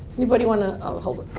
anybody want to i'll hold it.